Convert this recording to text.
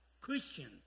Christian